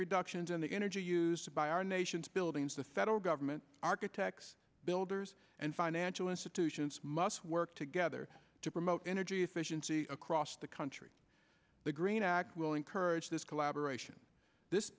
reductions in the energy used by our nation's buildings the federal government architects builders and financial institutions must work together to promote energy efficiency across the country the green act will encourage this collaboration this